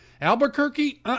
Albuquerque